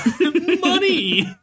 money